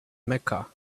mecca